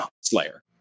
Slayer